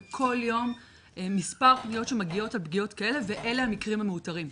וכל יום מספר פגיעות שמגיעות על פגיעות כאלה ואלה המקרים המאותרים.